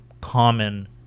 common